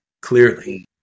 clearly